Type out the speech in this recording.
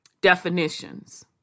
definitions